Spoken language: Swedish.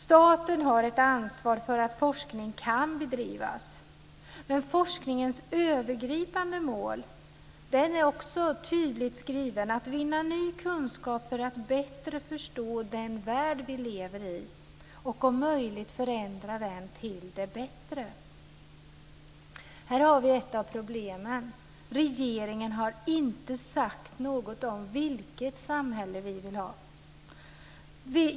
Staten har ett ansvar för att forskning kan bedrivas, men forskningens övergripande mål är också tydligt, dvs. att vinna ny kunskap för att bättre förstå den värld vi lever i och om möjligt förändra den till det bättre. Här har vi ett av problemen. Regeringen har inte sagt något om vilket samhälle vi vill ha.